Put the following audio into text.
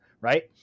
right